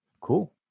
cool